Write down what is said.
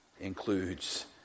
includes